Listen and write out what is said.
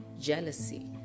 jealousy